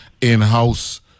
in-house